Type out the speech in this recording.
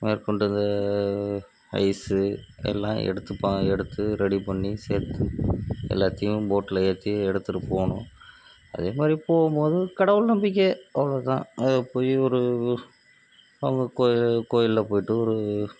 மேற்கொண்டு இது ஐஸு எல்லாம் எடுத்துப்பா எடுத்து ரெடி பண்ணி சேர்த்து எல்லாத்தையும் போட்டில் ஏற்றி எடுத்துகிட்டு போகணும் அதே மாதிரி போகும்போது கடவுள் நம்பிக்கை அவ்வளோ தான் அதை போய் ஒரு அவங்க கோயில் கோயிலில் போயிட்டு ஒரு